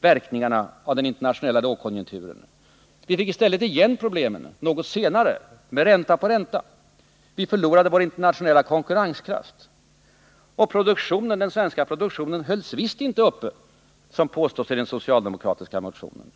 verkningarna av den internationella lågkonjunkturen! Vi fick i stället igen problemen något senare med ränta på ränta. Vi förlorade vår internationella konkurrenskraft. Den svenska produktionen hölls visst inte uppe, som det påstås i den socialdemokratiska motionen.